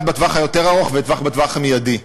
אחד בטווח היותר-ארוך ואחד בטווח המיידי.